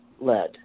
led